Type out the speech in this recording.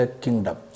kingdom